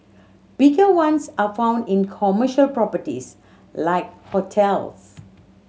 bigger ones are found in commercial properties like hotels